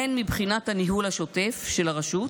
הן מבחינת הניהול השוטף של הרשות,